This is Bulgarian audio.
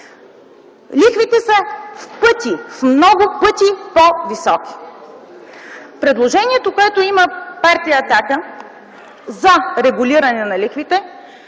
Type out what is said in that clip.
лихвите са в пъти, в много пъти по-високи. Предложението, което има партия „Атака”, за регулиране на лихвите